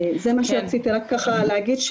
זה מה שרציתי ככה להגיד,